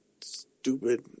stupid